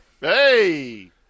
hey